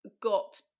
got